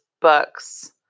books